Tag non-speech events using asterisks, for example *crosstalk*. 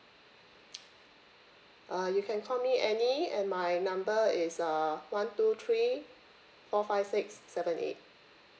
*noise* uh you can call me annie and my number is uh one two three four five six seven eight